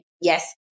yes